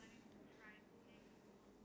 I think